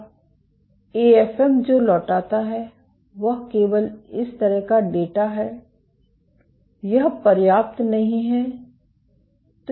अब एएफएम जो लौटाता है वह केवल इस तरह का डेटा है यह पर्याप्त नहीं है